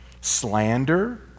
Slander